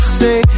say